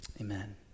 Amen